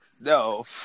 No